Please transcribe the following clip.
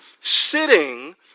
sitting